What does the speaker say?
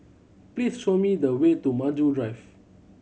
please show me the way to Maju Drive